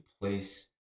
place